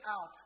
out